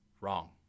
Wrong